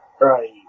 Right